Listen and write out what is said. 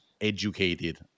educated